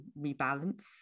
rebalance